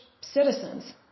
citizens